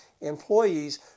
employees